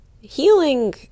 Healing